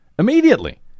Immediately